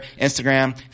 Instagram